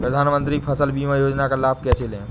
प्रधानमंत्री फसल बीमा योजना का लाभ कैसे लें?